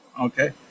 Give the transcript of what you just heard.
okay